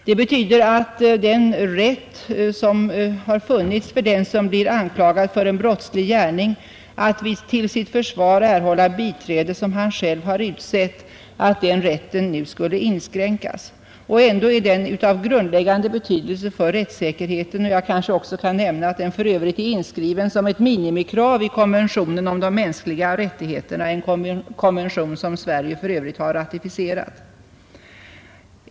Det betyder att den rätt som har funnits för den som blir anklagad för en brottslig gärning att till sitt försvar erhålla biträde som han själv har utsett nu skulle inskränkas. Ändå är den rätten av grundläggande betydelse för rättssäkerheten. Jag kanske också kan nämna att den är inskriven som ett minimikrav i konventionen om de mänskliga rättigheterna — en konvention som Sverige har ratificerat.